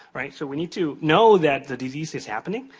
right? so, we need to know that the disease is happening.